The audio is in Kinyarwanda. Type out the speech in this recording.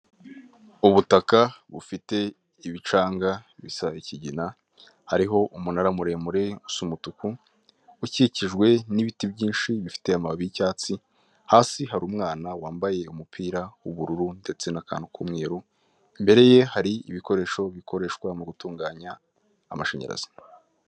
Ubutaka bufite ibicanga bisa ikigina hariho umunara muremure usa umutuku ukikijwe n'ibiti byinshi bifite amababi y'icyatsi, hasi hari umwana wambaye umupira w'ubururu ndetse n'akantu k'umweru, imbere ye hari ibikoresho bikoreshwa mu gutunganya amashanyarazi.